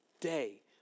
day